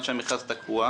כל עוד המכרז תקוע?